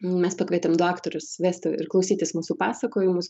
mes pakvietėm du aktorius vesti ir klausytis mūsų pasakojimus